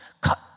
cut